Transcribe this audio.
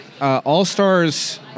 All-Stars